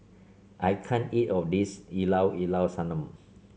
I can't eat of this Llao Llao Sanum